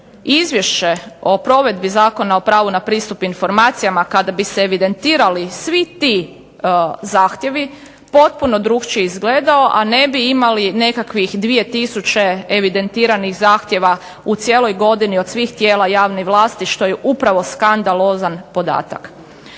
izvješće o provedbi Zakona o pravu na pristup informacijama kada bi se evidentirali svi ti zahtjevi potpuno drukčije izgledao, a ne bi imali nekakvih 2000 evidentiranih zahtjeva u cijeloj godini od svih tijela javne vlasti što je upravo skandalozan podatak.